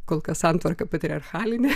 kol kas santvarka patriarchalinė